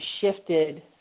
shifted